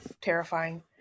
terrifying